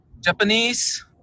Japanese